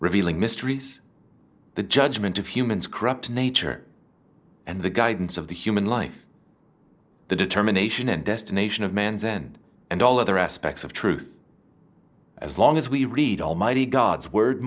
revealing mysteries the judgement of humans corrupt nature and the guidance of the human life the determination and destination of man's end and all other aspects of truth as long as we read almighty god's word